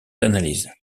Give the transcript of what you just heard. analyses